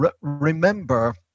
remember